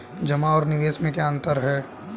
जमा और निवेश में क्या अंतर है?